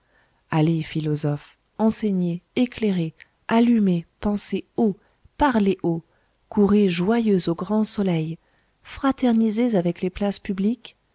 allez philosophes enseignez éclairez allumez pensez haut parlez haut courez joyeux au grand soleil fraternisez avec les places publiques